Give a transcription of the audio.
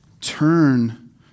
turn